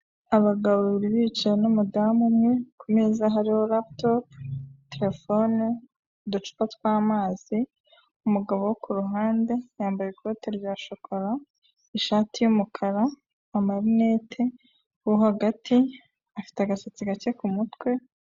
Abagabo babiri bicaye n'umudamu umwe, kumeza hari laputopu, telefone, uducupa twamazi, umugabo wo ku ruhande yambaye ikote rya shokora, ishati y'umukara, amarinete, uwo hagati afite agasatsi gake ku mutwe.